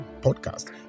podcast